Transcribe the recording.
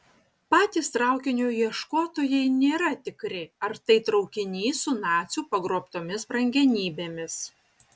patys traukinio ieškotojai nėra tikri ar tai traukinys su nacių pagrobtomis brangenybėmis